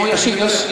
הוא ישיב.